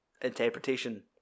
interpretation